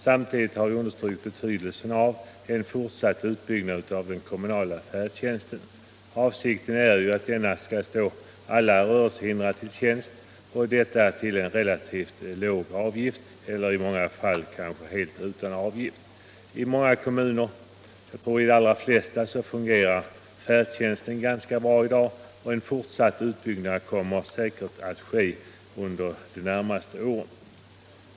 Samtidigt har vi poängterat betydelsen av en fortsatt utbyggnad av den kommunala färdtjänsten. Avsikten är ju att denna skall stå alla rörelsehindrade till buds och detta till en relativt låg avgift - i många fall kanske helt utan avgift. - I många kommuner, jag tror i de allra flesta, fungerar färdtjänsten ganska bra i dag och den kommer säkerligen att ytterligare byggas ut under de närmaste åren.